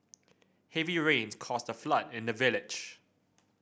heavy rains caused a flood in the village